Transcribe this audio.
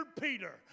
Peter